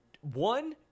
one